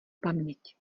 paměť